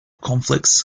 conflicts